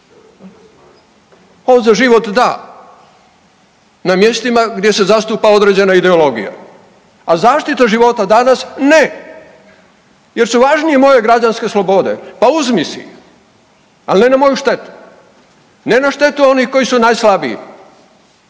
za život“ da na mjestima gdje se zastupa određena ideologija, a zaštita života danas ne jer su važnije moje građanske slobode, pa uzmi si ih, al ne na moju štetu, ne na štetu onih koji su najslabiji,